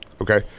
Okay